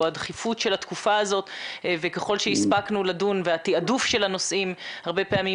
הדחיפות של התקופה הזאת והתעדוף של הנושאים הרבה פעמים